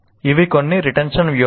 ఇవి కొన్ని రిటెన్షన్ వ్యూహాలు